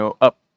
up